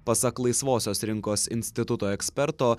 pasak laisvosios rinkos instituto eksperto